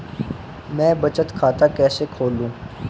मैं बचत खाता कैसे खोलूं?